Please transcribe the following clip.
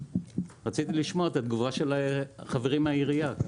רציתי לשמוע את התגובה של החברים מהעירייה.